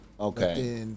Okay